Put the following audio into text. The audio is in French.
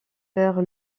faire